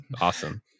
Awesome